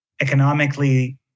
economically